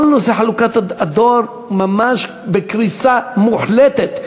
כל נושא חלוקת הדואר ממש בקריסה מוחלטת.